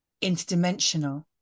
interdimensional